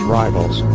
rivals